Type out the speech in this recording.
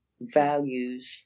values